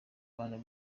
abantu